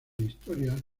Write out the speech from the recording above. historias